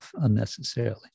unnecessarily